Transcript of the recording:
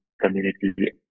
community